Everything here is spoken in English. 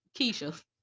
Keisha